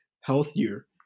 healthier